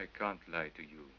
i can't lie to you